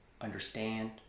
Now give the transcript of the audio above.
understand